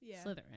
slytherin